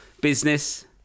business